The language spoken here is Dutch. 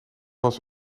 was